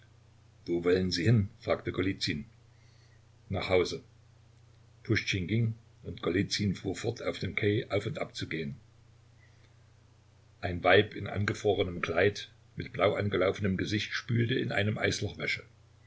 wo wollen sie hin fragte golizyn nach hause puschtschin ging und golizyn fuhr fort auf dem quai auf und ab zu gehen ein weib in angefrorenem kleid mit blauangelaufenem gesicht spülte in einem eisloch